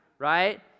Right